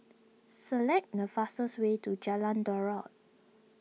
select the fastest way to Jalan Daud